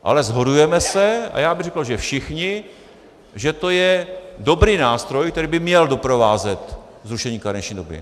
Ale shodujeme se, a já bych řekl, že všichni, že to je dobrý nástroj, který by měl doprovázet zrušení karenční doby.